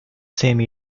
same